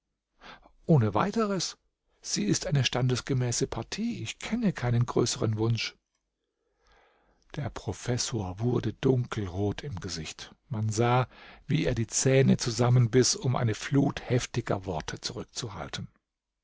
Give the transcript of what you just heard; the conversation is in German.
ohne weiteres sie ist eine standesgemäße partie ich kenne keinen größeren wunsch der professor wurde dunkelrot im gesicht man sah wie er die zähne zusammenbiß um eine flut heftiger worte zurückzuhalten